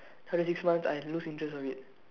after six months I lose interest of it